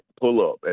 pull-up